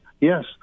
yes